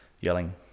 yelling